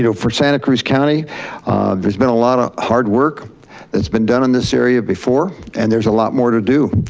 you know for sana cruz county there's been a lot of hard work that's been done in this area before and there's a lot more to do.